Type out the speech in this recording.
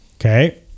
Okay